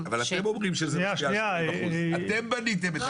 --- אבל אתם אומרים שזה משפיע על 80%. שנייה,